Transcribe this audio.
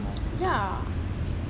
ya